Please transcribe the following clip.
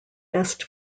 best